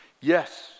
Yes